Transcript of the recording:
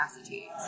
acetate